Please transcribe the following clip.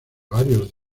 varios